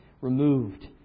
removed